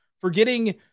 forgetting